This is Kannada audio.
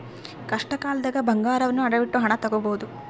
ಕಷ್ಟಕಾಲ್ದಗ ಬಂಗಾರವನ್ನ ಅಡವಿಟ್ಟು ಹಣ ತೊಗೋಬಹುದು